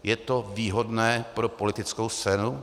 Je to výhodné pro politickou scénu?